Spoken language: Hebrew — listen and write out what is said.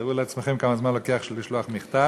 תארו לעצמכם כמה זמן לוקח לשלוח מכתב.